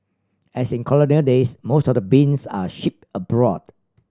as in colonial days most of the beans are shipped abroad